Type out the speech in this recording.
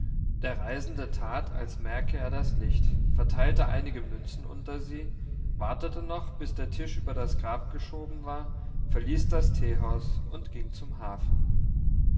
der reisende tat als merke er das nicht verteilte einige münzen unter sie wartete noch bis der tisch über das grab geschoben war verließ das teehaus und ging zum hafen